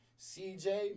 CJ